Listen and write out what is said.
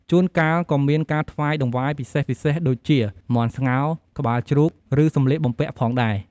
ជួនកាលក៏មានការថ្វាយតង្វាយពិសេសៗដូចជា មាន់ស្ងោរ ក្បាលជ្រូក ឬសម្លៀកបំពាក់ផងដែរ។